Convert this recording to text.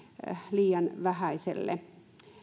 liian vähäiselle